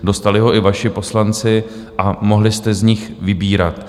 Dostali ho i vaši poslanci a mohli jste z něj vybírat.